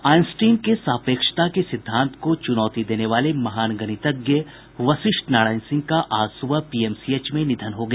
Einstein के सापेक्षता के सिद्धांत को चुनौती देने वाले महान गणितज्ञ वशिष्ठ नारायण सिंह का आज सुबह पीएमसीएच में निधन हो गया